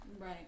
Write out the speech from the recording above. Right